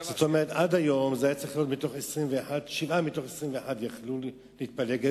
עד היום שבעה מתוך 21 יכלו להתפלג,